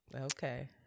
okay